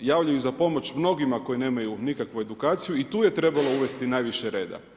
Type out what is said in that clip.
javljaju za pomoć mnogima koji nemaju nikakvu edukaciju i tu je trebalo uvesti najviše reda.